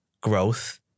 growth